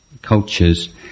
cultures